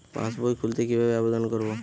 পাসবই খুলতে কি ভাবে আবেদন করব?